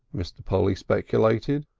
mr. polly speculated.